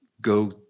go